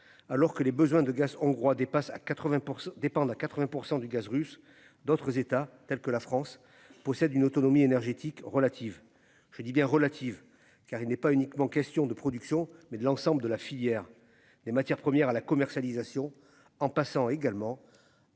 Alors que les besoins de gaz hongrois dépasse à 80% dépendent à 80% du gaz russe. D'autres États tels que la France possède une autonomie énergétique relative, je dis bien relative car il n'est pas uniquement question de production mais de l'ensemble de la filière des matières premières à la commercialisation, en passant également.